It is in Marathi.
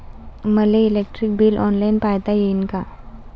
मले इलेक्ट्रिक बिल ऑनलाईन पायता येईन का?